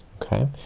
okay,